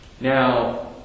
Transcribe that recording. Now